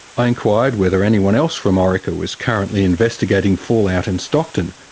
i enquired whether anyone else from orica was currently investigating fallout in stockton.